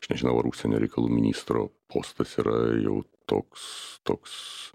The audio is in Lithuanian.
aš nežinau ar užsienio reikalų ministro postas yra jau toks toks